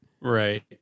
Right